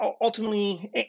ultimately